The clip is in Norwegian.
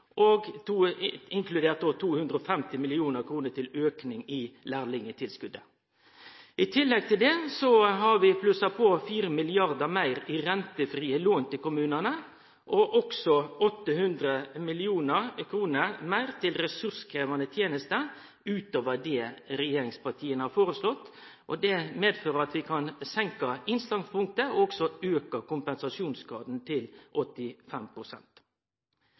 inkludert 250 mill. kr til ein auke i lærlingtilskotet. I tillegg har vi plussa på 4 mrd. kr i rentefrie lån til kommunane og også 800 mill. kr til ressurskrevjande tenester ut over det regjeringspartia har foreslått. Det medfører at vi kan senke innslagspunktet og også auke kompensasjonsgraden til